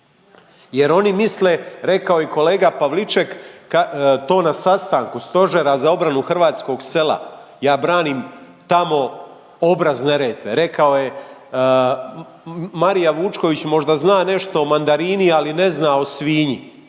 Jer oni misle rekao je kolega Pavliček to na sastanku stožera za obranu hrvatskog sela. Ja branim tamo obraz Neretve. Rekao je Marija Vučković možda zna nešto o mandarini, ali ne zna o svinji.